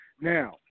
Now